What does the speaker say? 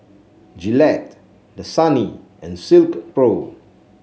Gillette Dasani and Silkpro